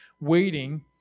waiting